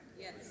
Yes